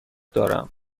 دارم